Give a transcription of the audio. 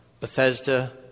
Bethesda